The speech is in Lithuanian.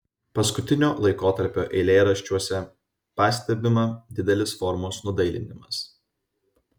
paskutinio laikotarpio eilėraščiuose pastebima didelis formos nudailinimas